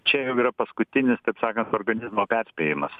čia jau yra paskutinis taip sakant organizmo perspėjimas